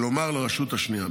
כלומר לרשות השנייה.